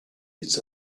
its